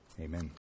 Amen